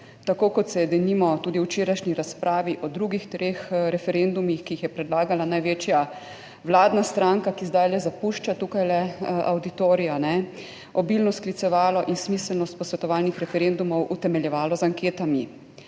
tako kot se je denimo tudi v včerajšnji razpravi o drugih treh referendumih, ki jih je predlagala največja vladna stranka, ki zdaj zapušča tukaj avditorij, obilno sklicevalo in smiselnost posvetovalnih referendumov utemeljevalo z anketami.